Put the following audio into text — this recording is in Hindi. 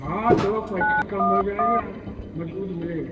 हाँ चलो पैसा कम हो जाएगा और मज़बूत मिलेगा